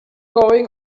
going